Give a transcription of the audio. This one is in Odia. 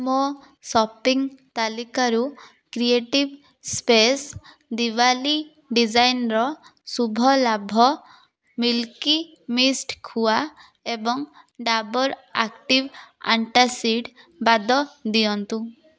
ମୋ ସପିଂ ତାଲିକାରୁ କ୍ରିଏଟିଭ୍ ସ୍ପେସ୍ ଦିୱାଲୀ ଡିଜାଇନ୍ର ଶୁଭ ଲାଭ ମିଲ୍କି ମିଷ୍ଟ୍ ଖୁଆ ଏବଂ ଡାବର୍ ଆକ୍ଟିଭ୍ ଆଣ୍ଟାସିଡ଼୍ ବାଦ୍ ଦିଅନ୍ତୁ